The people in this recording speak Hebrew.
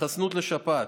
התחסנות לשפעת,